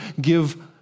give